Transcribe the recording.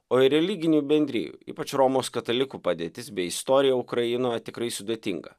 o ir religinių bendrijų ypač romos katalikų padėtis bei istorija ukrainoje tikrai sudėtinga